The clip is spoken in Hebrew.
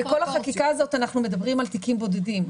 בכל החקיקה הזאת אנחנו מדברים על תיקים בודדים.